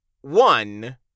one